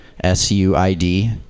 S-U-I-D